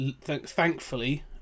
thankfully